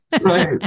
Right